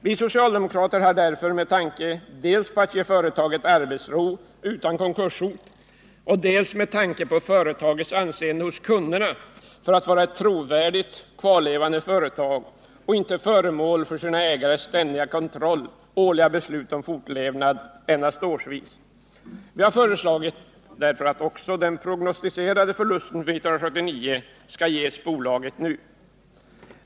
Vi socialdemokrater har velat dels ge företaget arbetsro utan konkurshot, dels tänka på företagets anseende hos kunderna för att vara ett trovärdigt, kvarlevande företag som inte är föremål för sin ägares ständiga kontroll och beroende av beslut om fortlevnad endast årsvis. Vi har därför föreslagit att även den prognostiserade förlusten för 1979 skall täckas nu.